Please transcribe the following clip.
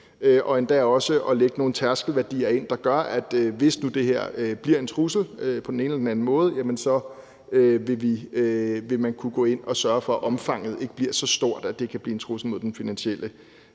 og endda også at lægge nogle tærskelværdier ind, der gør, at hvis nu det her bliver en trussel på den ene eller den anden måde, vil man kunne gå ind at sørge for, at omfanget ikke bliver så stort, at det kan blive en trussel mod den finansielle